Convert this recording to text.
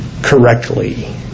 correctly